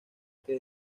que